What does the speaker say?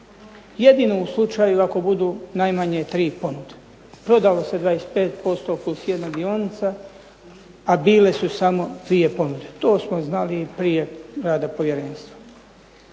jedino u slučaju ako budu najmanje 3 ponude. Prodalo se 25%+1 dionica a bile su samo dvije ponude, to smo znali i prije rada Povjerenstva.